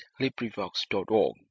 LibriVox.org